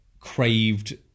craved